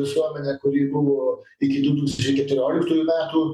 visuomenę kuri buvo iki du tūkstančiai keturioliktųjų metų